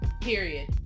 Period